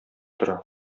тора